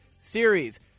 Series